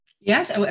Yes